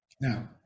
Now